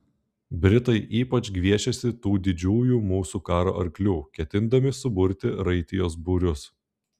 britai ypač gviešiasi tų didžiųjų mūsų karo arklių ketindami suburti raitijos būrius